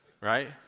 right